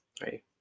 right